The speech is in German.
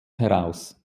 heraus